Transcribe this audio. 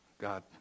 God